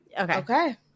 Okay